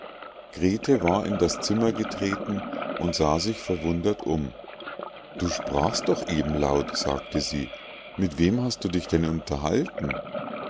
grete war in das zimmer getreten und sah sich verwundert um du sprachst doch eben laut sagte sie mit wem hast du dich denn